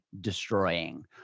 destroying